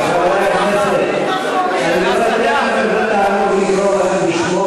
אני לא אתן לכם את התענוג לקרוא לכם בשמות